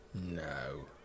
No